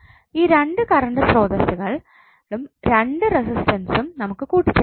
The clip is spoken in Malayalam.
ഈ രണ്ട് കറണ്ട് സ്രോതസ്സുകളും രണ്ട് റെസിസ്റ്റൻസും നമുക്ക് കൂട്ടിച്ചേർക്കാം